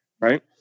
right